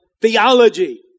theology